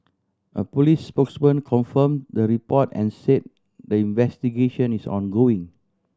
a police spokesman confirm the report and say the investigation is ongoing